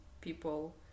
people